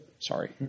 Sorry